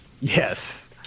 Yes